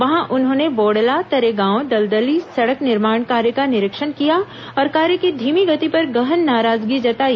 वहां उन्होंने बोड़ला तरेगांव दलदली सड़क निर्माण कार्य का निरीक्षण किया और कार्य की धीमी गति पर गहन नाराजगी जताई